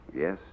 Yes